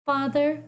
Father